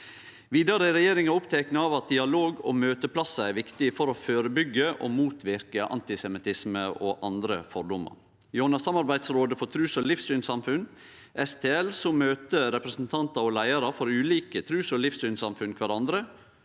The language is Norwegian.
Vidare er regjeringa oppteken av at dialog og møteplassar er viktige for å førebyggje og motverke antisemittisme og andre fordomar. Gjennom Samarbeids rådet for trus- og livssynssamfunn, STL, møter representantar og leiarar for ulike trus- og livssynssamfunn kvarandre